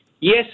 yes